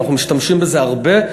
ואנחנו משתמשים בזה הרבה,